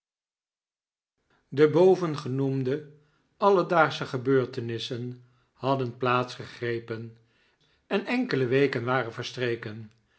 e bovengenoemde alledaagsche gebeurtenissen hadden plaatsgegrepen en enkele gw p weken waren verstreken